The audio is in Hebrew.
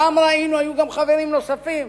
שם ראינו, היו גם חברים נוספים,